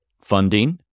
funding